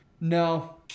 No